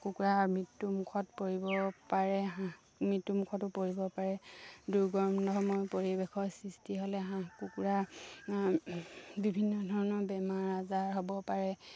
কুকুৰা মৃত্যুমুখত পৰিব পাৰে হাঁহ মৃত্যুমুখতো পৰিব পাৰে দুৰ্গন্ধময় পৰিৱেশৰ সৃষ্টি হ'লে হাঁহ কুকুৰা বিভিন্ন ধৰণৰ বেমাৰ আজাৰ হ'ব পাৰে